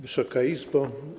Wysoka Izbo!